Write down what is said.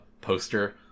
poster